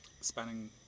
spanning